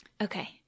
Okay